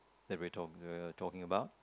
that we are talk uh talking about